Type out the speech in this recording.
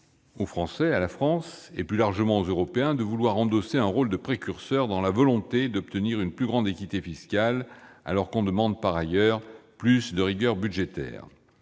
aux Français et à la France, et plus largement aux Européens, de vouloir jouer un rôle précurseur dans la réalisation d'une plus grande équité fiscale, alors qu'on demande par ailleurs plus de rigueur budgétaire.